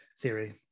Theory